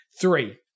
Three